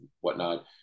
whatnot